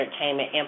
entertainment